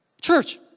Church